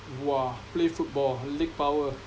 !wah! play football leg power